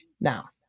now